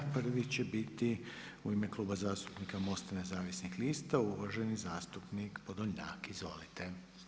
Prvi će biti u ime Kluba zastupnika MOST-a Nezavisnih lista, uvaženi zastupnik Podolnjak, izvolite.